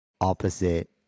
opposite